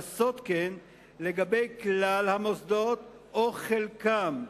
לעשות כן לגבי כלל המוסדות או חלקם,